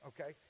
okay